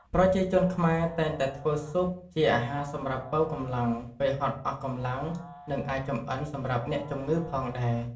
ប្រជាជនខ្មែរតែងតែធ្វើស៊ុបជាអាហារសម្រាប់ប៉ូវកម្លាំង ពេលហត់អស់កម្លាំងនិងអាចចម្អិនសម្រាប់អ្នកជំងឺផងដែរ។